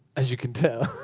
as you can tell.